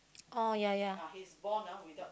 oh ya ya